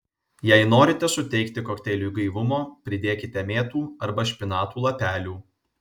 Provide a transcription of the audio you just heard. jei norite suteikti kokteiliui gaivumo pridėkite mėtų arba špinatų lapelių